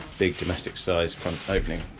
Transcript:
big domestic-sized, front-opening